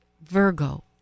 Virgo